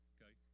Okay